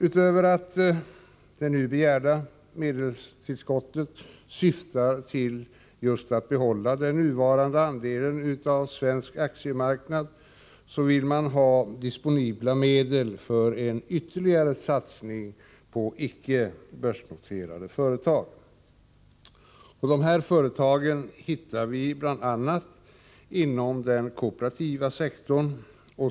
Utöver att det nu begärda medelstillskottet syftar till just att man skall kunna behålla den nuvarande andelen av svensk aktiemarknad vill man ha disponibla medel för en ytterligare satsning på icke börsnoterade företag. De här företagen hittar vi bl.a. inom den kooperativa sektorn.